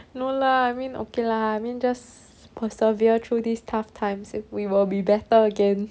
no lah I mean okay lah I mean just persevere through this tough times we will be better again